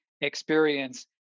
experience